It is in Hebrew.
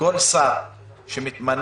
כל שר שמתמנה,